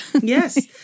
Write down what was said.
Yes